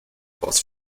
was